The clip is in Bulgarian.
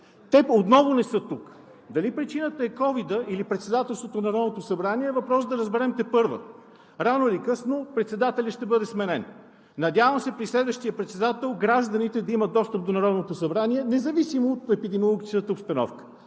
Те отново не са тук – дали причината е ковид, или председателството на Народното събрание е въпрос да разберем тепърва. Рано или късно председателят ще бъде сменен. Надявам се при следващия председател гражданите да имат достъп до Народното събрание независимо от епидемичната обстановка.